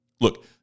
Look